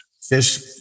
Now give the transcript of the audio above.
fish